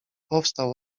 powstał